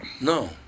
No